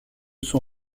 son